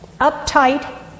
uptight